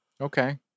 Okay